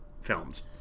films